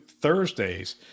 Thursdays